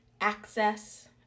access